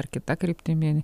ar kita kryptimi